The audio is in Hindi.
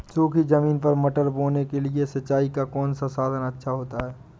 सूखी ज़मीन पर मटर बोने के लिए सिंचाई का कौन सा साधन अच्छा होता है?